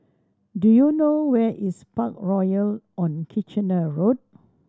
do you know where is Parkroyal on Kitchener Road